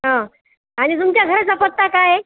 हां आणि तुमच्या घरचा पत्ता काय आहे